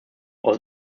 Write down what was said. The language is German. aus